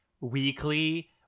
weekly